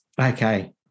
Okay